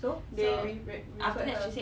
so they re~ ref~ referred her